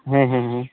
ᱦᱮᱸ ᱦᱮᱸ